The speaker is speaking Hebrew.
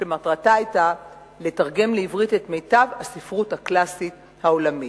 שמטרתה היתה לתרגם לעברית את מיטב הספרות הקלאסית העולמית.